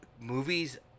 movies